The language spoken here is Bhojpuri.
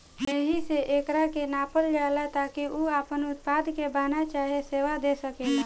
एहिसे एकरा के नापल जाला ताकि उ आपना उत्पाद के बना चाहे सेवा दे सकेला